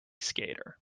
skater